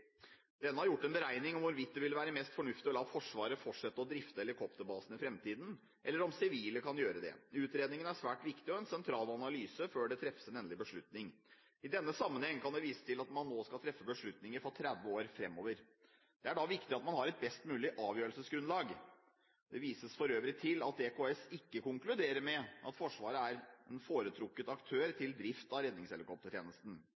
Denne har gjort en beregning av hvorvidt det vil være mest fornuftig å la Forsvaret fortsette å drifte helikopterbasene i fremtiden, eller om sivile kan gjøre det. Utredningen er svært viktig og en sentral analyse før det treffes en endelig beslutning. I denne sammenheng kan det vises til at man nå skal treffe beslutninger for 30 år fremover. Det er da viktig at man har et best mulig avgjørelsesgrunnlag. Det vises for øvrig til at EKS ikke konkluderer med at Forsvaret er en foretrukket aktør